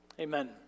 Amen